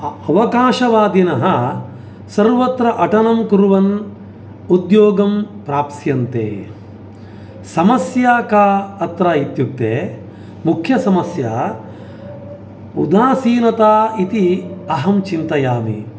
अवकाशवादिनः सर्वत्र अटनं कुर्वन् उद्योगं प्राप्स्यन्ते समस्या का अत्र इत्युक्ते मुख्यसमस्या उदासीनता इति अहं चिन्तयामि